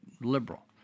liberal